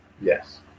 Yes